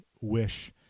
wish